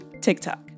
TikTok